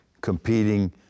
competing